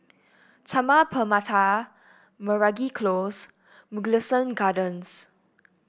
Taman Permata Meragi Close and Mugliston Gardens